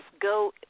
go –